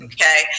Okay